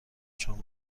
شام